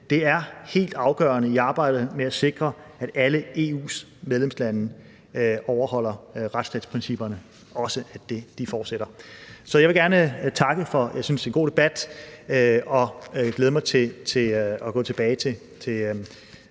Det er helt afgørende i arbejdet med at sikre, at alle EU's medlemslande overholde retsstatsprincipperne, og at det fortsætter. Så jeg vil gerne takke for en, synes jeg, god debat, og jeg vil glæde mig til at gå tilbage til